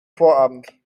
vorabend